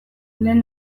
lehen